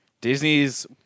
Disney's